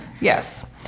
Yes